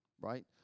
right